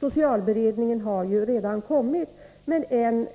Socialberedningen har redan kommit med en